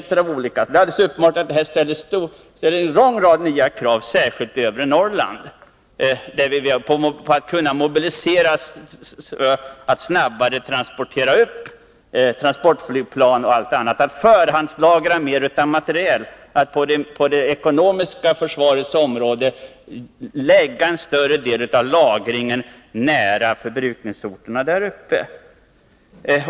Det är alldeles uppenbart att det nuvarande läget ställer en lång rad nya krav när det gäller att kunna mobilisera snabbare, särskilt i övre Norrland. Man måste begagna transportflygplan och annat. Man måste förhandslagra mer av materiel. Inom det ekonomiska försvarets område måste man lägga en stor del av lagringen nära förbrukningsorterna där uppe.